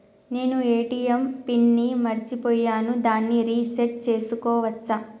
నేను ATM PIN ని మరచిపోయాను దాన్ని రీ సెట్ చేసుకోవచ్చా?